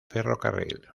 ferrocarril